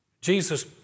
jesus